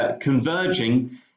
converging